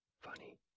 funny